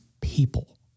people